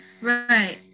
right